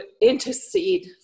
intercede